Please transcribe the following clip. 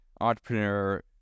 entrepreneur